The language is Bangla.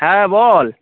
হ্যাঁ বল